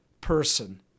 person